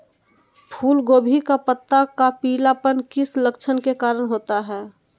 फूलगोभी का पत्ता का पीलापन किस लक्षण के कारण होता है?